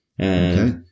Okay